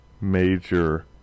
major